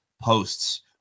posts